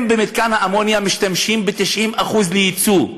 אם במתקן האמוניה משמשים 90% ליצוא,